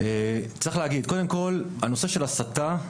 צריך להגיד, קודם כל הנושא של הסתה,